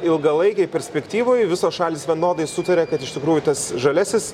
ilgalaikėj perspektyvoj visos šalys vienodai sutaria kad iš tikrųjų tas žaliasis